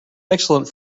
excellent